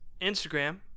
Instagram